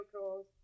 calls